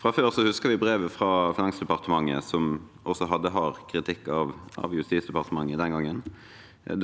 Fra før husker vi brevet fra Finansdepartementet, som også hadde hard kritikk av Justisdepartementet den gangen.